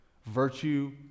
Virtue